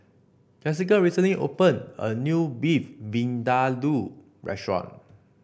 Jesica recently opened a new Beef Vindaloo restaurant